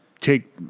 take